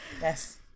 Yes